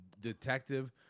detective